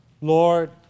Lord